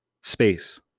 space